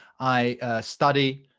i studied